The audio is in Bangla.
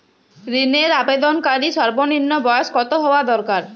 ঋণের আবেদনকারী সর্বনিন্ম বয়স কতো হওয়া দরকার?